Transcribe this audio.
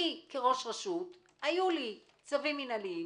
אני כראש רשות היו לי צווים מינהליים,